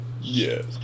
Yes